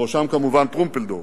בראשם כמובן טרופלדור,